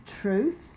truth